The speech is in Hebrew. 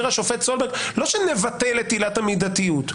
לא שנבטל את עילת המידתיות,